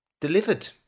delivered